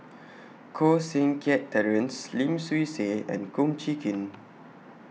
Koh Seng Kiat Terence Lim Swee Say and Kum Chee Kin